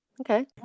Okay